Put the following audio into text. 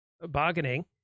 bargaining